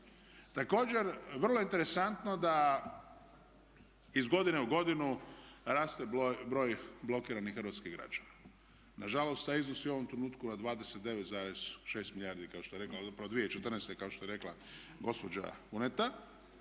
Također, vrlo je interesantno da iz godine u godinu raste broj blokiranih hrvatskih građana. Nažalost taj iznos je u ovom trenutku na 29,6 milijardi kao što je rekla, zapravo 2014.kao što je rekla gospođa Buneta.